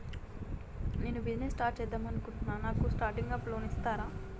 నేను business start చేద్దామనుకుంటున్నాను నాకు స్టార్టింగ్ అప్ లోన్ ఇస్తారా?